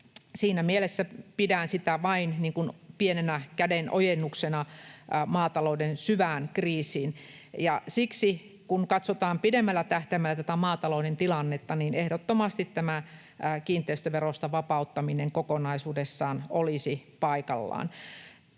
siinä mielessä pidän sitä vain niin kuin pienenä kädenojennuksena maatalouden syvään kriisiin, ja siksi, kun katsotaan pidemmällä tähtäimellä maatalouden tilannetta, ehdottomasti tämä kiinteistöverosta vapauttaminen kokonaisuudessaan olisi paikallaan.